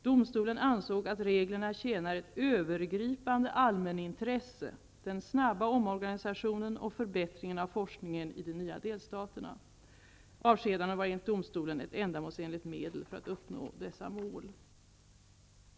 Domstolen ansåg att reglerna tjänar ett övergripande allmänintresse, den snabba omorganisationen och förbättringen av forskningen i de nya delstaterna. Avskedandena var enligt domstolen ett ändamålsenligt medel för att uppnå dessa mål.